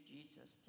Jesus